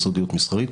לסודיות מסחרית.